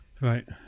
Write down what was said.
Right